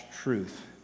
truth